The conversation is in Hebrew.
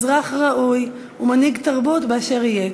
אזרח ראוי ומנהיג תרבות באשר יהיה.